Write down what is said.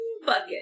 Bucket